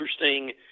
interesting